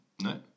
No